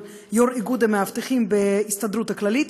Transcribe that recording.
יו"ר איגוד המאבטחים בהסתדרות הכללית,